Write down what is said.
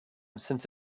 since